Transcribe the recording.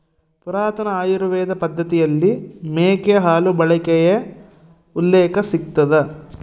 ಪುರಾತನ ಆಯುರ್ವೇದ ಪದ್ದತಿಯಲ್ಲಿ ಮೇಕೆ ಹಾಲು ಬಳಕೆಯ ಉಲ್ಲೇಖ ಸಿಗ್ತದ